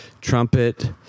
trumpet